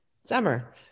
Summer